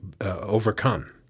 overcome